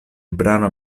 brano